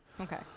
Okay